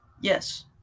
Yes